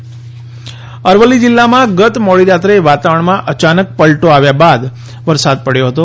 અરવલ્લી વરસાદ અરવલ્લી જિલ્લામાં ગત મોડી રાત્રે વાતાવરણમાં અચાનક પલટો આવ્યા બાદ વરસાદ પડ્યો હતો